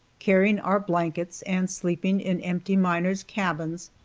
carrying our blankets and sleeping in empty miners' cabins,